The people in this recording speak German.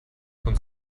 von